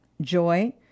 joy